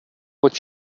what